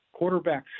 quarterbacks